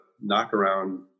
knock-around